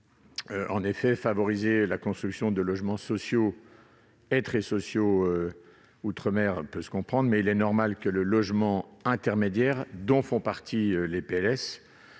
de favoriser la construction de logements sociaux et très sociaux outre-mer. Il est normal que le logement intermédiaire, dont font partie les PLS,